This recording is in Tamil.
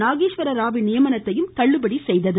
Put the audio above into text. நாகேஸ்வரராவின் நியமனத்தையும் தள்ளுபடி செய்தது